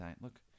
Look